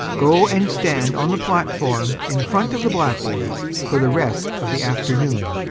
go and stand on the platform in front of the blackboard for the rest of the afternoon.